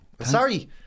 sorry